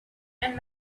and